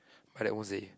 my dad won't say